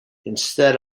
instead